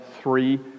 three